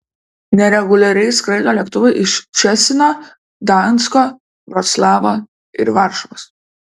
nereguliariai skraido lėktuvai iš ščecino gdansko vroclavo ir varšuvos